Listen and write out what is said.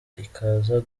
ikaza